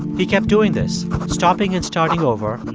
he kept doing this stopping and starting over,